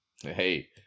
Hey